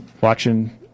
watching